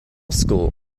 school